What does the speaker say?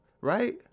right